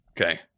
Okay